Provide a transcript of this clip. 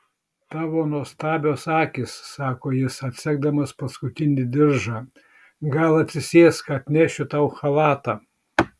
tavo nuostabios akys sako jis atsegdamas paskutinį diržą gal atsisėsk atnešiu tau chalatą